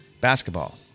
Basketball